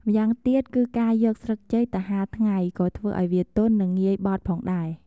ម៉្យាងទៀតគឺការយកស្លឹកចេកទៅហាលថ្ងៃក៏ធ្វើឱ្យវាទន់ និងងាយបត់ផងដែរ។